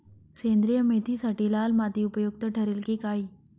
सेंद्रिय मेथीसाठी लाल माती उपयुक्त ठरेल कि काळी?